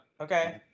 okay